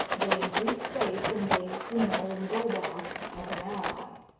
they in brief space engaged the miller's bull-dog as an ally.